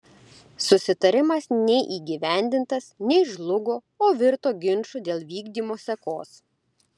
susitarimas nei įgyvendintas nei žlugo o virto ginču dėl vykdymo sekos